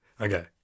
Okay